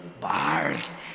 Bars